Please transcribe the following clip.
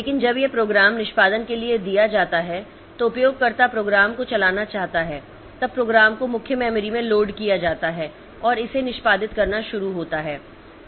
लेकिन जब यह प्रोग्राम निष्पादन के लिए दिया जाता है तो उपयोगकर्ता प्रोग्राम को चलाना चाहता है तब प्रोग्राम को मुख्य मेमोरी में लोड किया जाता है और इसे निष्पादित करना शुरू होता है